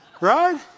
Right